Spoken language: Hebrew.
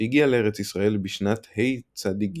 שהגיע לארץ ישראל בשנת ה'צ"ג